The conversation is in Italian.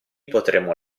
potremo